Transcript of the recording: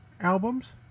albums